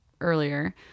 earlier